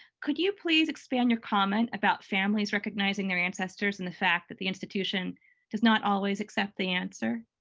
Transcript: could you please expand your comment about families recognizing their ancestors and the fact that the institution does not always accept the answer?